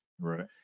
Right